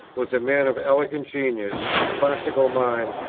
was a man of elegant genius, of classical mind,